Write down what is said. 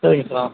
சரிங்க சார் ஆ